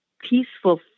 peaceful